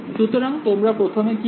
সুতরাং তোমরা প্রথমে কি করবে